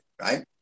Right